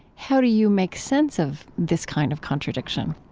how do you make sense of this kind of contradiction?